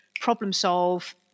problem-solve